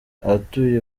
abatuye